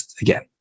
again –